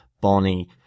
Bonnie